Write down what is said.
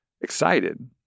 excited